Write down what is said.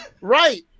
Right